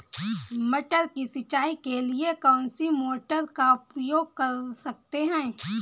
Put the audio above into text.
मटर की सिंचाई के लिए कौन सी मोटर का उपयोग कर सकते हैं?